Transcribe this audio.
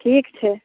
ठीक छै